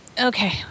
Okay